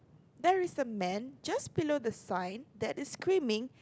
there is a man just below the side that is screaming